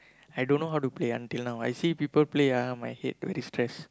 I don't know how to play until now I see people play ah my head very stress